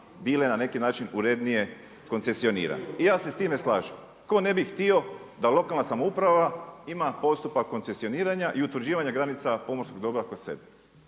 bile na neki način urednije, koncesionirane. I ja se s time slažem. Tko ne bi htio da lokalna samouprava ima postupak koncesijoniranja i utvrđivanja granica pomorskog dobra kod sebe.